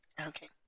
Okay